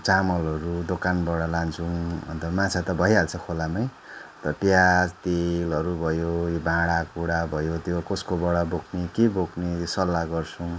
चामलहरू दोकानबाट लान्छौँ अन्त माछा त भइहाल्छ खोलामा तर प्याज तेलहरू भयो यो भाँडा कुँडा भयो त्यो कसकोबाट बोक्ने के बोक्ने सल्लाह गर्छौँ